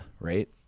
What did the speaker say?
right